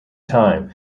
time